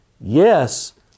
Yes